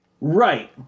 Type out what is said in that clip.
Right